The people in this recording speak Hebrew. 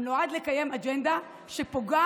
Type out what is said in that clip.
הוא נועד לקיים אג'נדה שפוגעת